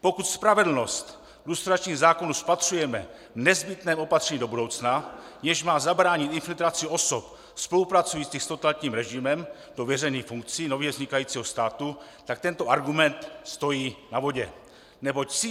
Pokud spravedlnost lustračních zákonů spatřujeme v nezbytném opatření do budoucna, jež má zabránit infiltraci osob spolupracujících s totalitním režimem do veřejných funkcí nově vznikajícího státu, tak tento argument stojí na vodě, neboť